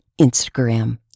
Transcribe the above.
Instagram